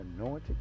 Anointed